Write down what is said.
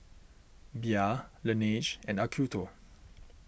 Bia Laneige and Acuto